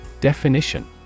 Definition